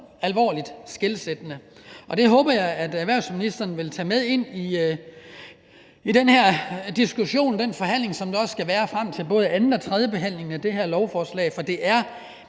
alvorligt og skelsættende. Det håber jeg at erhvervsministeren vil tage med ind i den her diskussion og den forhandling, som der skal være frem til både anden og tredje behandling af det her lovforslag. For det er